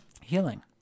healing